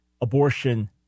abortion